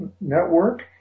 Network